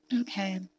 Okay